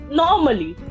normally